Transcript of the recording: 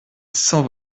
cent